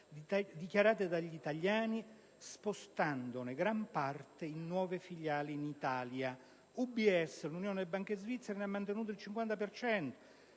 dichiarati dagli italiani spostandone gran parte in nuove filiali in Italia. UBS, l'Unione banche svizzere, ne ha mantenuti il 50